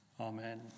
Amen